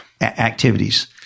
activities